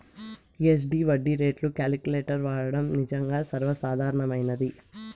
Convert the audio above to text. SD వడ్డీ రేట్లు calculator వాడడం నిజంగా సర్వసాధారణమైనది